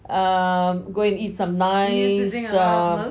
uh go and eat some nice uh